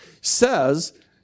says